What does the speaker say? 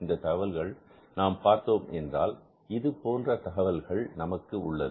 இந்த தகவல்களை நாம் பார்த்தோமென்றால் இதுபோன்ற தகவல்கள் நமக்கு உள்ளது